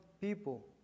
people